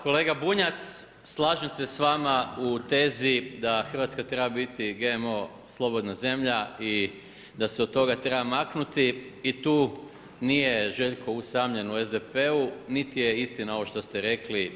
Kolega Bunjac, slažem se sa vama u tezi da Hrvatska treba biti GMO slobodna zemlja i da se od toga treba maknuti i tu nije Željko usamljen u SDP-u niti je istina ovo što ste rekli.